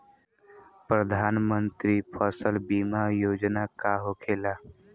प्रधानमंत्री फसल बीमा योजना का होखेला?